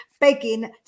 begging